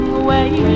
away